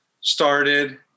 started